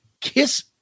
Kiss